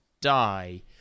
die